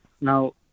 Now